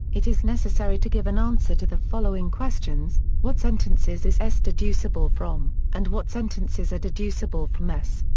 it is necessary to give an answer to the following questions what sentences is s deducible from, and what sentences are deducible from s?